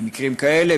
במקרים כאלה,